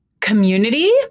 community